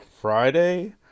Friday